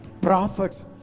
Prophets